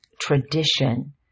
tradition